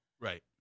Right